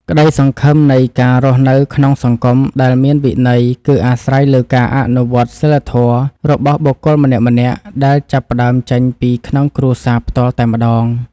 ក្តីសង្ឃឹមនៃការរស់នៅក្នុងសង្គមដែលមានវិន័យគឺអាស្រ័យលើការអនុវត្តសីលធម៌របស់បុគ្គលម្នាក់ៗដែលចាប់ផ្តើមចេញពីក្នុងគ្រួសារផ្ទាល់តែម្តង។